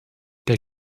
der